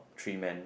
three men